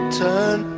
turn